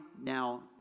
now